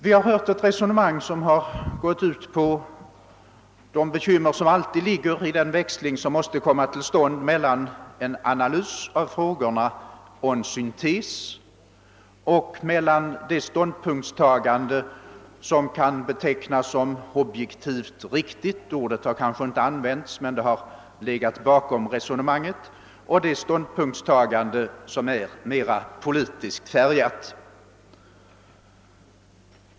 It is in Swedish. Vi har hört ett resonemang som berört de bekymmer som alltid finns vid den växling som måste komma till stånd mellan en analys av frågorna och en syntes samt mellan det ståndpunktstagande som kan betecknas som objektivt riktigt — ordet har kanske inte använts men har dock legat bakom resonemanget — och det ståndpunktstagande som är mer politiskt färgat.